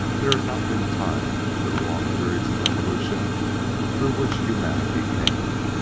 there had not been time for the long periods of evolution through which humanity came.